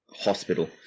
hospital